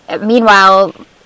meanwhile